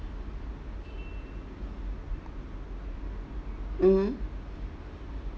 mmhmm